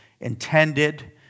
intended